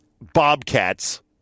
Bobcats